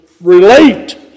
relate